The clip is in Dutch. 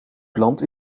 plant